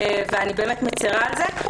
ואני באמת מצרה על כך.